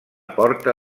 porta